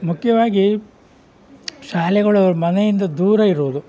ಮುಖ್ಯವಾಗಿ ಶಾಲೆಗಳು ಮನೆಯಿಂದ ದೂರ ಇರುವುದು